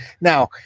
Now